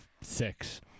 six